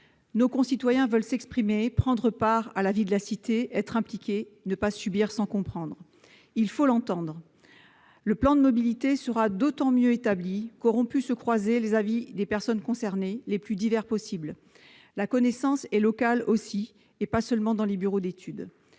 Nos concitoyens veulent s'exprimer, prendre part à la vie de la cité, être impliqués, ne pas subir sans comprendre. Il faut l'entendre. Le plan de mobilité sera d'autant mieux accepté qu'auront pu se croiser les avis les plus divers. La connaissance est aussi locale ; elle n'est pas seulement dans les bureaux d'études.